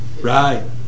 Right